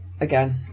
again